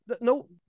no